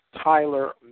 Tyler